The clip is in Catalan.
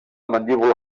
mandíbula